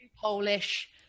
Polish